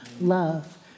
Love